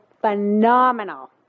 phenomenal